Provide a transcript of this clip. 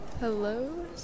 hello